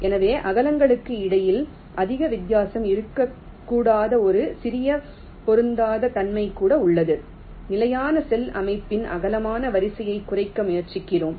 எனவே அகலங்களுக்கு இடையில் அதிக வித்தியாசம் இருக்கக் கூடாத ஒரு சிறிய பொருந்தாத தன்மை கூட உள்ளது நிலையான செல் அமைப்பில் அகலமான வரிசையைக் குறைக்க முயற்சிக்கிறோம்